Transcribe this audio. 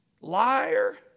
Liar